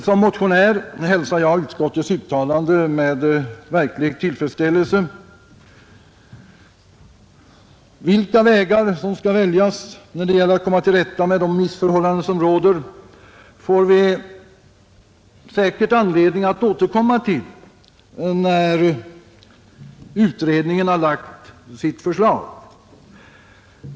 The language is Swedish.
Som motionär hälsar jag utskottets yttrande med verklig tillfredsställelse. Vilka vägar som skall väljas när det gäller att komma till rätta med de missförhållanden som råder får vi säkert anledning att återkomma till när utredningen framlagt sitt förslag.